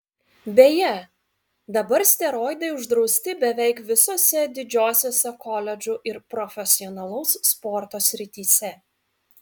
beje dabar steroidai uždrausti beveik visose didžiosiose koledžų ir profesionalaus sporto srityse